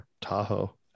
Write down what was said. Tahoe